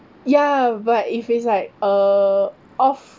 ya but if it's like uh off